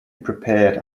prepared